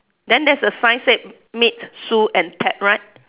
then there's a sign said meet Sue and Ted right